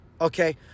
Okay